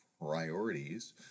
Priorities